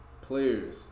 players